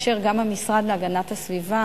כאשר גם המשרד להגנת הסביבה